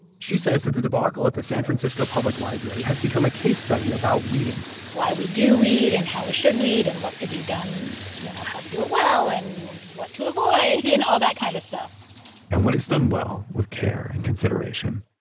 she says that the debacle at the san francisco public library has become a case study about weeding why we do weed and how we should weed and what could be done, you know how to do it well and what to avoid and all that kind of stuff and when it's done well, with care and consideration,